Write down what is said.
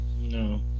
No